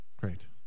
Great